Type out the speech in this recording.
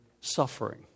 suffering